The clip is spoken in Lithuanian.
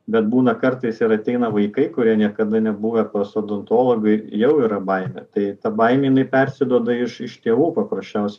bet būna kartais ir ateina vaikai kurie niekada nebuvę pas odontologą jau yra baimė tai ta baimė jinai persiduoda iš iš tėvų paprasčiaus